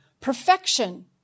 Perfection